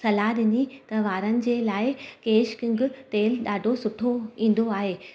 सलाहु ॾिनी त वारनि जे लाइ केश किंग तेल ॾाढो सुठो ईंदो आहे